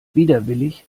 widerwillig